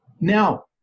Now